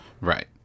Right